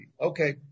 Okay